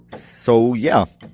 so yeah,